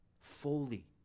fully